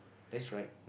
that's right